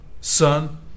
Son